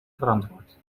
verantwoord